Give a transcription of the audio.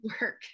work